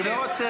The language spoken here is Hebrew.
אני לא רוצה,